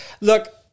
Look